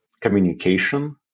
communication